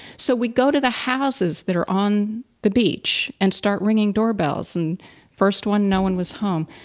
so, we go to the houses that are on the beach and start ringing doorbells and first one no one was home.